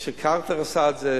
כמו שקרטר עשה את זה,